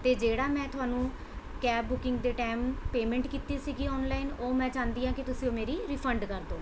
ਅਤੇ ਜਿਹੜਾ ਮੈਂ ਤੁਹਾਨੂੰ ਕੈਬ ਬੁਕਿੰਗ ਦੇ ਟਾਈਮ ਪੇਮੈਂਟ ਕੀਤੀ ਸੀਗੀ ਔਨਲਾਈਨ ਉਹ ਮੈਂ ਚਾਹੁੰਦੀ ਹਾਂ ਕਿ ਤੁਸੀਂ ਉਹ ਮੇਰੀ ਰਿਫੰਡ ਕਰ ਦਿਉ